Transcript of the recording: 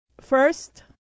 First